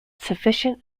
sufficient